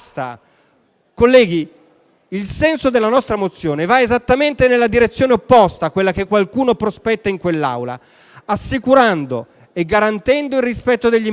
Colleghi, il senso della nostra mozione va esattamente nella direzione opposta a quella che qualcuno prospetta in quest'Aula, assicurando e garantendo il rispetto degli impegni tesi